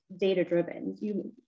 data-driven